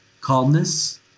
calmness